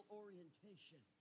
orientation